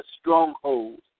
strongholds